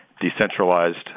decentralized